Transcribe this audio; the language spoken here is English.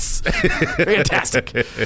Fantastic